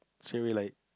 straightaway like